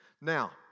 Now